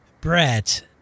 Brett